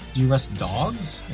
do you arrest dogs?